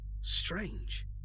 Strange